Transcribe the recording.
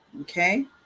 okay